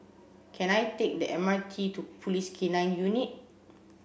can I take the M R T to Police K nine Unit